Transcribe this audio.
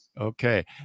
Okay